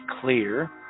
clear